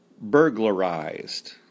burglarized